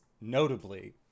notably